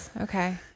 Okay